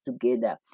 together